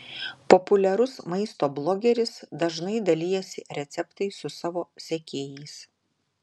populiarus maisto blogeris dažnai dalijasi receptais su savo sekėjais